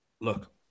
look